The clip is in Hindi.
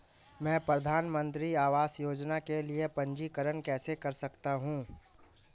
मैं प्रधानमंत्री आवास योजना के लिए पंजीकरण कैसे कर सकता हूं?